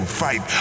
fight